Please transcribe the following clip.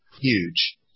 huge